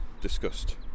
discussed